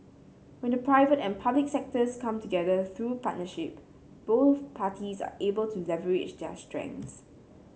when the private and public sectors come together through partnership both parties are able to leverage their strengths